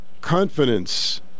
confidence